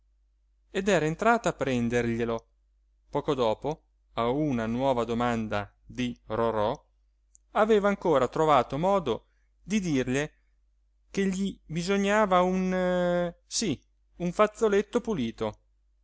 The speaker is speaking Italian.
ed era entrata a prenderglielo poco dopo a una nuova domanda di rorò aveva ancora trovato modo di dirle che gli bisognava un sí un fazzoletto pulito